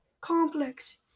Complex